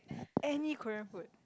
any Korean food